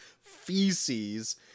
feces